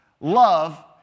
love